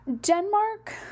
Denmark